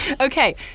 Okay